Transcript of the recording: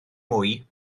mwy